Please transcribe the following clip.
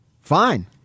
Fine